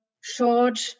short